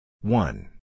One